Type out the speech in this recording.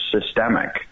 systemic